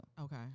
Okay